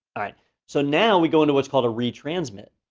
so now we go into what's called a retransmit.